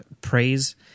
praise